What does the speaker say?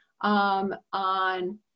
on